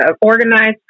organized